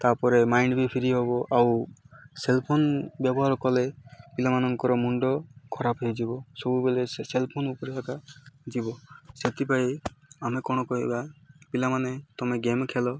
ତାପରେ ମାଇଣ୍ଡ ବି ଫ୍ର ହେବ ଆଉ ସେଲ୍ ଫୋନ୍ ବ୍ୟବହାର କଲେ ପିଲାମାନଙ୍କର ମୁଣ୍ଡ ଖରାପ ହୋଇଯିବ ସବୁବେଲେ ସେ ସେଲ୍ ଫୋନ୍ ଉପରେ ଏକା ଯିବ ସେଥିପାଇଁ ଆମେ କ'ଣ କହିବା ପିଲାମାନେ ତମେ ଗେମ୍ ଖେଲ